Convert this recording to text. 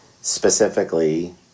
Specifically